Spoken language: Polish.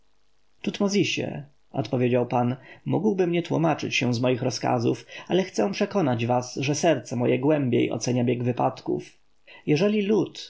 tutmozisie odpowiedział pan mógłbym nie tłomaczyć się z moich rozkazów ale chcę przekonać was że serce moje głębiej ocenia bieg wypadków jeżeli